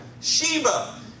Sheba